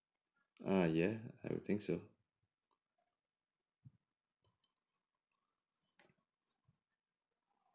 err yeah I would think so